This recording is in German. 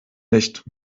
nicht